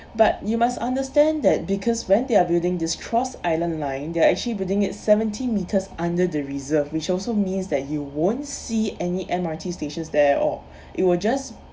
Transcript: but you must understand that because when they are building this cross island line they're actually building it seventy metres under the reserve which also means that you won't see any M_R_T stations there or it will just